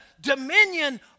dominion